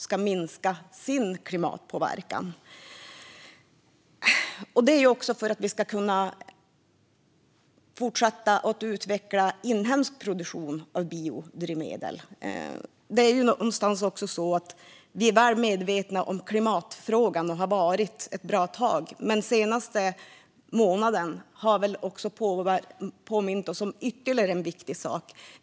Det handlar också om att vi ska kunna fortsätta utveckla inhemsk produktion av biodrivmedel. Vi är väl medvetna om klimatfrågan och har varit det ett bra tag, men den senaste månaden har påmint oss om ytterligare en viktig sak.